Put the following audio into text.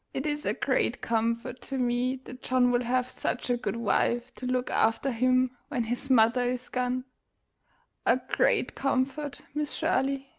it is a great comfort to me that john will have such a good wife to look after him when his mother is gone a great comfort, miss shirley.